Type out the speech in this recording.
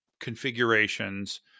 configurations